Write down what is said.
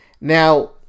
Now